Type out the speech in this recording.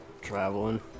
traveling